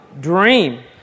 Dream